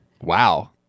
Wow